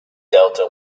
delta